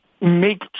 make